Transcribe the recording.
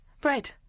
Bread